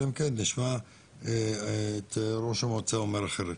אלא אם כן נשמע את ראש המועצה אומר אחרת.